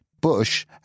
Bush